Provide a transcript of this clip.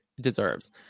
deserves